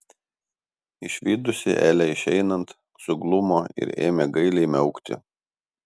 išvydusi elę išeinant suglumo ir ėmė gailiai miaukti